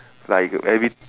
like you every